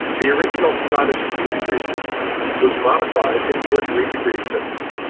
the original scottish two degree system was modified into a three degree system.